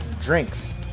drinks